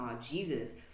Jesus